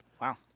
Wow